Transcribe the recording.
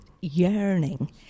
yearning